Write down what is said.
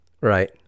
Right